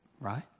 right